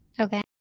Okay